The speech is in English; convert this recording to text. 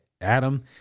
Adam